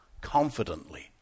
Confidently